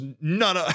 none